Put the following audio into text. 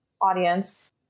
audience